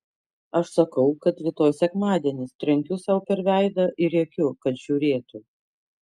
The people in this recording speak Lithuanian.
aš sakau kad rytoj sekmadienis trenkiu sau per veidą ir rėkiu kad žiūrėtų